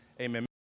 amen